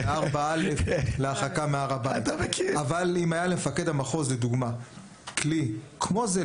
אם היה למפקד המחוז לדוגמה כלי כמו זה,